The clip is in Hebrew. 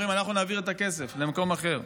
אומרים: אנחנו נעביר את הכסף למקום אחר.